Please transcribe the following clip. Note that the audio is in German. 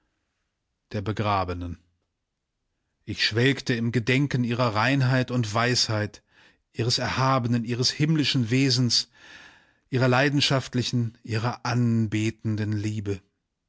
der begrabenen ich schwelgte im gedenken ihrer reinheit und weisheit ihres erhabenen ihres himmlischen wesens ihrer leidenschaftlichen ihrer anbetenden liebe